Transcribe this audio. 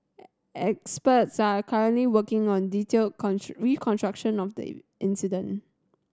experts are currently working on a detailed reconstruction of the incident